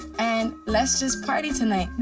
and let's just party tonight.